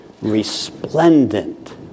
resplendent